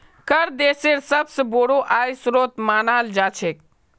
कर देशेर सबस बोरो आय स्रोत मानाल जा छेक